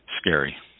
Scary